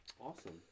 Awesome